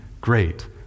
great